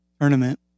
tournament